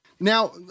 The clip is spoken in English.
Now